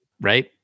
right